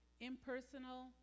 impersonal